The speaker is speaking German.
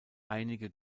einige